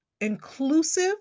inclusive